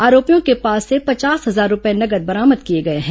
आरोपियों के पास से पचास हजार रूपये नगद बरामद किए गए हैं